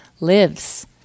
lives